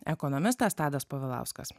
ekonomistas tadas povilauskas